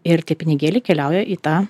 ir tie pinigėliai keliauja į tą